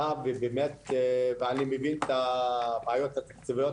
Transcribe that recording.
ואני מבין את הבעיות התקציביות,